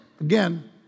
again